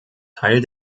teil